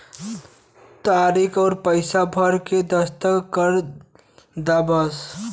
तारीक अउर पइसा भर के दस्खत कर दा बस